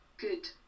good